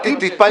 תתפלא.